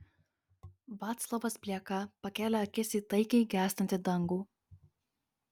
vaclovas blieka pakėlė akis į taikiai gęstantį dangų